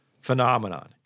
phenomenon